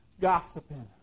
gossiping